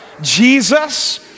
Jesus